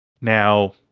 Now